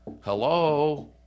Hello